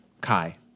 Kai